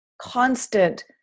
constant